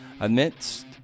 Amidst